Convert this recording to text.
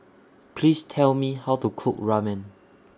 Please Tell Me How to Cook Ramen